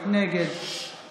נגד